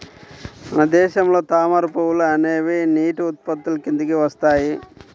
మన దేశంలో తామర పువ్వులు అనేవి నీటి ఉత్పత్తుల కిందికి వస్తాయి